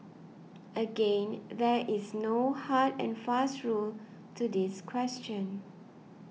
again there is no hard and fast rule to this question